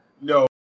no